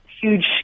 huge